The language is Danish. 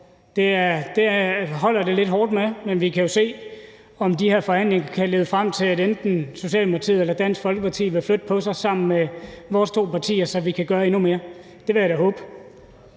Det holder det lidt hårdt med, men vi kan jo se, om de her forhandlinger kan lede frem til, at enten Socialdemokratiet eller Dansk Folkeparti vil flytte på sig sammen med vores to partier, så vi kan gøre endnu mere. Det vil jeg da håbe.